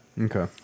Okay